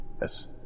Yes